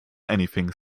anything